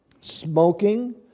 smoking